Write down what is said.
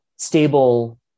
Stable